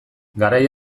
garai